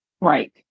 Right